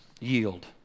yield